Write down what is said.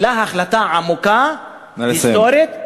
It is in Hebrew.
אלא החלטה עמוקה והיסטורית,